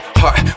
heart